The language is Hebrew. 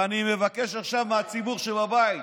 ואני מבקש עכשיו מהציבור שבבית,